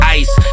ice